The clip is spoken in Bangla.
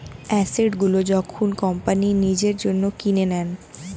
অ্যাসেট গুলো যখন কোম্পানি নিজের জন্য কিনে নেয়